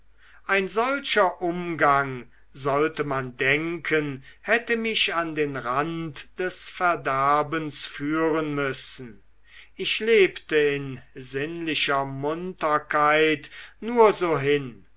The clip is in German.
ein solcher umgang sollte man denken hätte mich an den rand des verderbens führen müssen ich lebte in sinnlicher munterkeit nur so hin